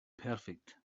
perfect